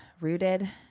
rooted